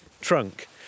trunk